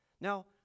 Now